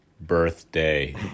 birthday